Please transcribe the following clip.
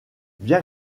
bien